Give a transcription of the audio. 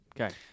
Okay